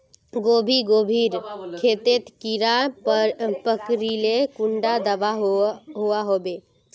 गोभी गोभिर खेतोत कीड़ा पकरिले कुंडा दाबा दुआहोबे?